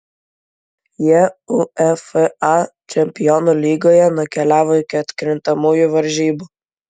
jie uefa čempionų lygoje nukeliavo iki atkrintamųjų varžybų